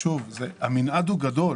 המנעד הוא גדול.